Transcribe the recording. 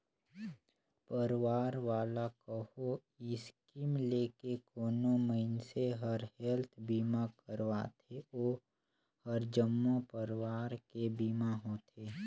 परवार वाला कहो स्कीम लेके कोनो मइनसे हर हेल्थ बीमा करवाथें ओ हर जम्मो परवार के बीमा होथे